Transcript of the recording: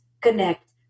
connect